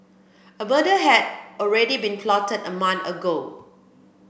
a murder had already been plotted a month ago